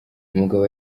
umugabo